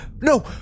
No